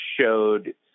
showed